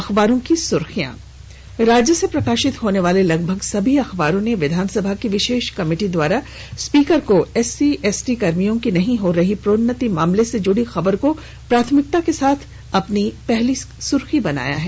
अखबारों की सुर्खियां राज्य से प्रकाशित होने वाले लगभग सभी अखबारों ने विधानसभा की विशेष कमिटी द्वारा स्पीकर को एससी एसटी कर्मियों की नहीं हो रही प्रोन्नति मामले से जुड़ी खबर को प्राथमिकता के साथ अपनी पहली सुर्खी बनाया है